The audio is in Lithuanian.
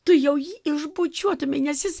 tu jau jį išbučiuotumei nes jis